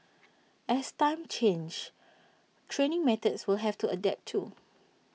as times change training methods will have to adapt too